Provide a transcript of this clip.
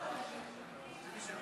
ההצעה